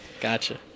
Gotcha